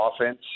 offense